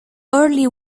early